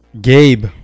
Gabe